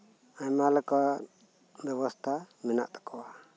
ᱟᱭᱢᱟᱞᱮᱠᱟ ᱵᱮᱵᱚᱥᱛᱟ ᱢᱮᱱᱟᱜ ᱛᱟᱠᱩᱣᱟ